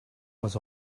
was